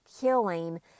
killing